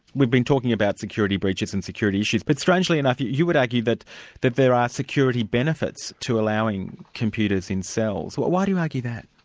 we've been talking about security breaches and security issues, but strangely enough you you would argue that that there are security benefits to allowing computers in cells. why do you argue that?